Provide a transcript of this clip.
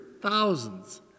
thousands